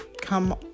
come